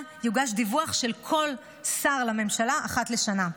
יוגש דיווח של כל שר לממשלה אחת לשנה.